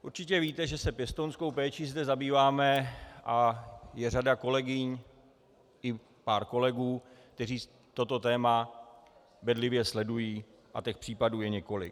Určitě víte, že se pěstounskou péčí zde zabýváme a je řada kolegyň i pár kolegů, kteří toto téma bedlivě sledují, a těch případů je několik.